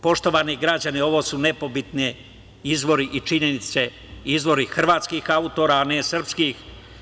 Poštovani građani, ovo su nepobitni izvori i činjenice, izvori hrvatskih autora a ne srpskih.